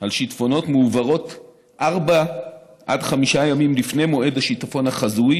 על שיטפונות מועברות ארבעה עד חמישה ימים לפני מועד השיטפון החזוי